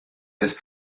ist